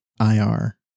IR